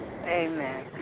Amen